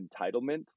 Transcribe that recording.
entitlement